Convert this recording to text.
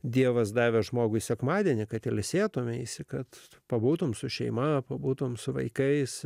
dievas davė žmogui sekmadienį kad ilsėtumeisi kad pabūtumei su šeima pabūtumei su vaikais